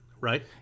right